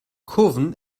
kurven